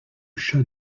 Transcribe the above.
chat